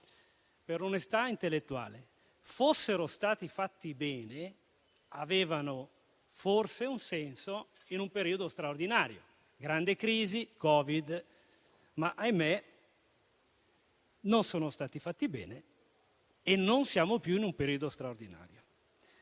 per onestà intellettuale, se fossero stati fatti bene, avrebbero avuto forse un senso in un periodo straordinario - grande crisi, Covid - ma - ahimè - non sono stati fatti bene. Non siamo più in un periodo straordinario: